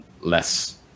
less